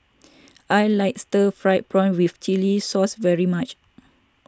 I like Stir Fried Prawn with Chili Sauce very much